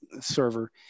server